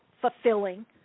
fulfilling